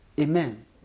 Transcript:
amen